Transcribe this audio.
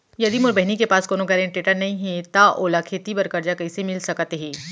यदि मोर बहिनी के पास कोनो गरेंटेटर नई हे त ओला खेती बर कर्जा कईसे मिल सकत हे?